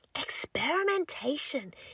experimentation